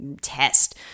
test